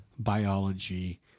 biology